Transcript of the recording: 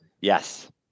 Yes